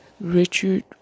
Richard